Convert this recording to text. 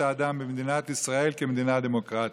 האדם במדינת ישראל כמדינה דמוקרטית.